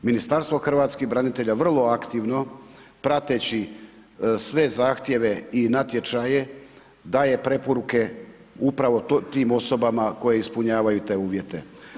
Ministarstvo hrvatskih branitelja vrlo aktivno, prateći sve zahtjeve i natječaje daje preporuke upravo tim osobama koje ispunjavaju te uvjete.